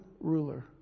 ruler